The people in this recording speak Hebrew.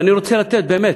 ואני רוצה לתת, באמת,